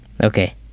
okay